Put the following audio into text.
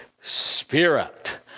Spirit